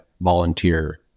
volunteer